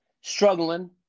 struggling